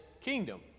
kingdom